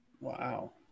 Wow